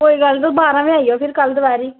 कोई गल्ल नेई तुस बारां बजे आई जाओ तुस कल दपैह्री